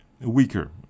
weaker